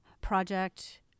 project